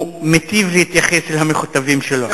הוא מיטיב להתייחס אל המכותבים שלו.